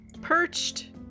perched